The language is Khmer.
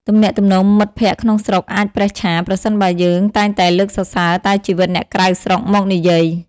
ទំនាក់ទំនងមិត្តភក្តិក្នុងស្រុកអាចប្រេះឆា ប្រសិនបើយើងតែងតែលើកសរសើរតែជីវិតអ្នកក្រៅស្រុកមកនិយាយ។